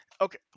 okay